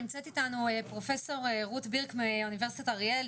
נמצאת איתנו פרופ' רות בירק מאוניברסיטת אריאל,